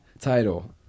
Title